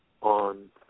on